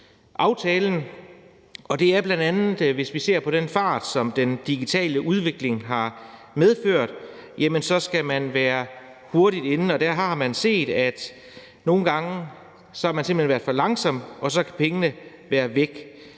aftalen: Hvis vi bl.a. ser på den fart, som den digitale udvikling har medført, skal man være hurtigt inde, og der har vi set, at man nogle gange simpelt hen har været for langsom, og så har pengene været væk.